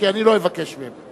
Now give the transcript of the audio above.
כי אני לא אבקש מהם.